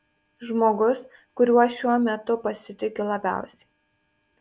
žmogus kuriuo šiuo metu pasitikiu labiausiai